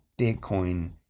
Bitcoin